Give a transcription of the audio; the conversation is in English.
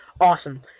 Awesome